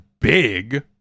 big